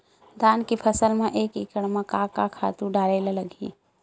धान के फसल म एक एकड़ म का का खातु डारेल लगही?